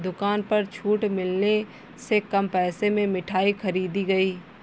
दुकान पर छूट मिलने से कम पैसे में मिठाई खरीदी गई